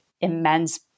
immense